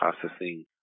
processing